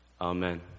Amen